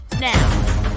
now